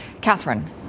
Catherine